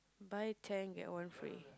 buy ten get one free